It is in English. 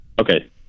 Okay